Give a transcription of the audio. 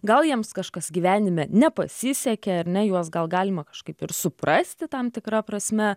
gal jiems kažkas gyvenime nepasisekė ar ne juos gal galima kažkaip ir suprasti tam tikra prasme